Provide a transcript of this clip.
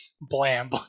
blam